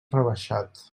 rebaixat